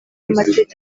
y’amategeko